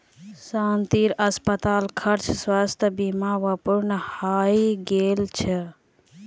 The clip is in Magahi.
शांतिर अस्पताल खर्च स्वास्थ बीमा स पूर्ण हइ गेल छ